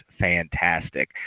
fantastic